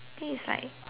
then is like